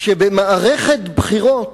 שבמערכת בחירות,